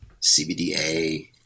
CBDA